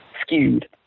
skewed